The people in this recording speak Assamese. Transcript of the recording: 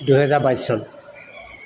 দুহেজাৰ বাইছ চন